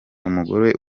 umugore